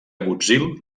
agutzil